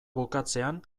bukatzean